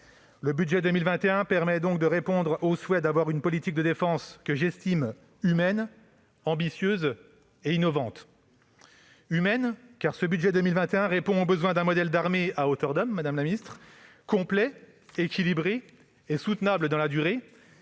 Le budget 2021 permet de répondre au souhait d'avoir une politique de défense humaine, ambitieuse et innovante. Humaine d'abord, car ce budget 2021 répond au besoin d'un modèle d'armée « à hauteur d'homme » complet, équilibré et soutenable dans la durée,